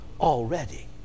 already